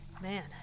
Man